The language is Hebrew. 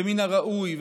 ומן הראוי,